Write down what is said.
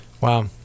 Wow